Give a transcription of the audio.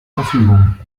verfügung